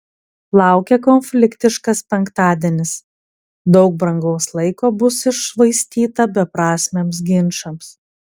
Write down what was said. laukia konfliktiškas penktadienis daug brangaus laiko bus iššvaistyta beprasmiams ginčams